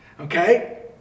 Okay